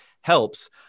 helps